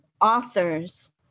authors